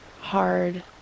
hard